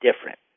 different